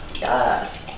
Yes